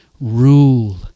Rule